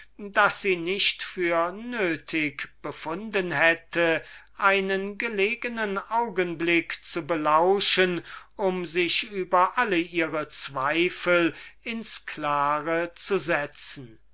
daß sie nicht für nötig befunden hätte einen gelegnen augenblick zu belauschen um sich über alle ihre zweifel ins klare zu setzen